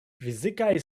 fizikaj